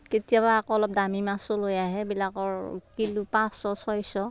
কেতিয়াবা আকৌ অলপ দামী মাছো লৈ আহে সেইবিলাকৰ কিলো পাঁচশ ছয়শ